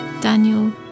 Daniel